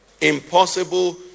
impossible